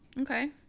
okay